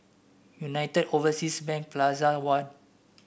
United Overseas Bank Plaza One